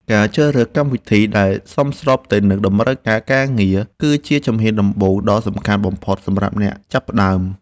ការជ្រើសរើសកម្មវិធីដែលសមស្របទៅនឹងតម្រូវការការងារគឺជាជំហានដំបូងដ៏សំខាន់បំផុតសម្រាប់អ្នកចាប់ផ្ដើម។